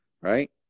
right